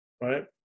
right